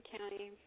County